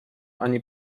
ani